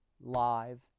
live